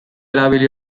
erabili